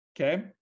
Okay